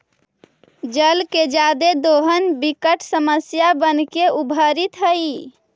जल के जादे दोहन विकट समस्या बनके उभरित हई